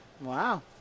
Wow